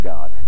God